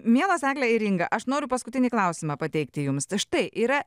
mielos egle ir inga aš noriu paskutinį klausimą pateikti jums štai yra